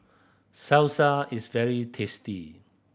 salsa is very tasty